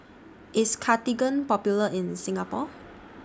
IS Cartigain Popular in Singapore